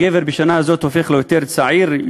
הגבר בשנה הזאת הופך ליותר צעיר?